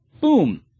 boom